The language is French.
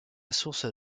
source